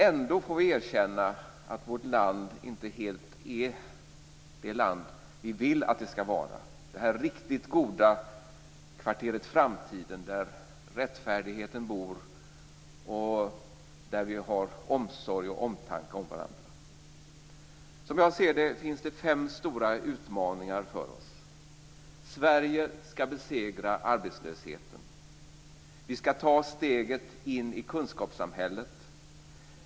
Ändå får vi erkänna att vårt land inte helt är det land som vi vill att det skall vara, det riktigt goda kvarteret Framtiden där rättfärdigheten bor och där vi har omsorg och omtanke om varandra. Som jag ser det finns det fem stora utmaningar för oss: Sverige skall besegra arbetslösheten. Vi skall ta steget in i kunskapssamhället.